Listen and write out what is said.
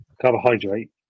carbohydrate